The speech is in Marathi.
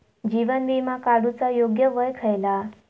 जीवन विमा काडूचा योग्य वय खयला?